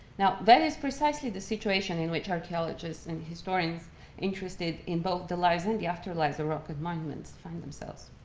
now that is precisely the situation in which archaeologists and historians interested in both the lives and the afterlives of rock cut monuments find themselves.